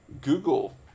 Google